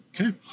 Okay